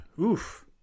oof